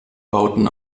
bauten